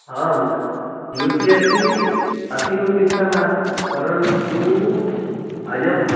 आं U P S C अतीव क्लिष्टा नास्ति परन्ति इयं